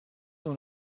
dans